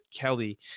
Kelly